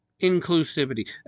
inclusivity